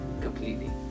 completely